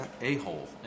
a-hole